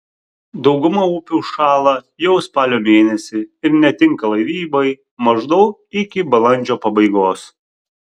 dauguma upių užšąla jau spalio mėnesį ir netinka laivybai maždaug iki balandžio pabaigos